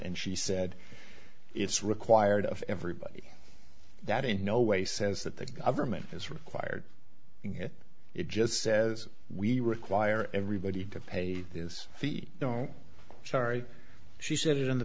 and she said it's required of everybody that in no way says that the government is required it it just says we require everybody to pay this fee sorry she said it in the